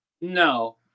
No